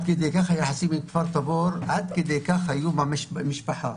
והיחסים עם כפר תבור הם כמו משפחה,